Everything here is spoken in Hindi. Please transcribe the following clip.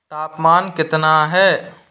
तापमान कितना है